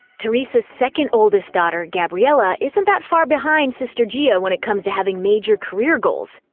teresa's second oldest daughter, gabriella, isn't that far behind sister gia ah when it comes to having major career goals.